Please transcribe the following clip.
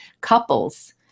couples